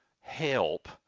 help